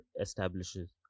establishes